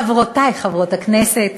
חברותי חברות הכנסת,